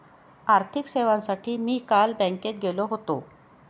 आर्थिक सेवांसाठी मी काल बँकेत गेलो होतो